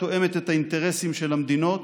התואמת את האינטרסים של המדינות